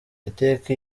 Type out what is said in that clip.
iteka